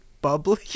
Bubbly